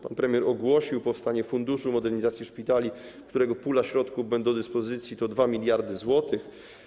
Pan premier ogłosił powstanie funduszu modernizacji szpitali, którego pula środków do dyspozycji to 2 mld zł.